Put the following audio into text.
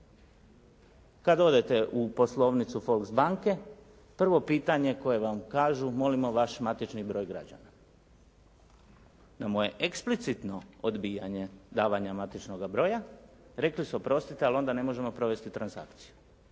Kad odete u poslovnicu Volks banke, prvo pitanje koje vam kažu, molimo vaš matični broj građana. Na moje eksplicitno odbijanje davanja matičnoga broja rekli su oprostite, ali onda ne možemo provesti transakciju.